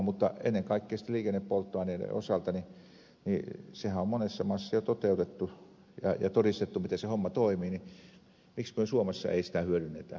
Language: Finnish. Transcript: mutta ennen kaikkea sitten liikennepolttoaineiden osalta sehän on monessa maassa jo toteutettu ja todistettu miten se homma toimii miksi me emme suomessa sitä hyödynnä